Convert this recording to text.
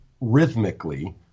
rhythmically